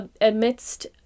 amidst